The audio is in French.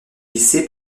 lycée